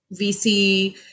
VC